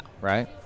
Right